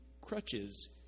crutches